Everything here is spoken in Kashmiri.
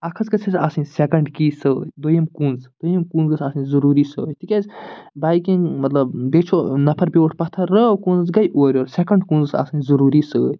اَکھ حظ گژھہِ اسہِ آسٕنۍ سیٚکَنٛڈ کی سۭتۍ دوٚیم کُنٛز دوٚیُم کُنٛز گٔژھ آسٕنۍ ضروٗری سۭتۍ تِکیٛازِ بایکِنٛگ مطلب بیٚیہِ چھُ نَفر بیٛوٗٹھ پَتھر رٲو کُنٛز گٔے اورٕ یور سیٚکَنٛڈ کُنٛز گژھ آسٕنۍ ضروٗری سۭتۍ